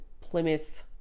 Plymouth